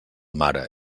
mare